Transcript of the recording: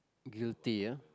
guilty ah